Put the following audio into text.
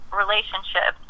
relationship